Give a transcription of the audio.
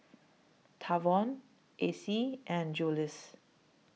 Tavon Acie and Jules